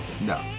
No